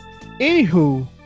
anywho